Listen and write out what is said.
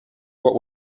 what